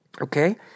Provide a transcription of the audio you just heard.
okay